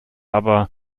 aber